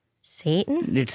Satan